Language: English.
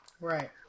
Right